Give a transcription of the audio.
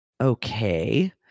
okay